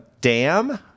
Dam